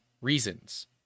reasons